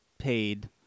paid